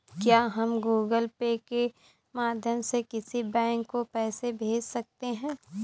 क्या हम Google Pay के माध्यम से किसी बैंक को पैसे भेज सकते हैं?